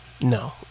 No